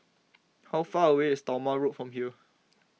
how far away is Talma Road from here